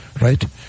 Right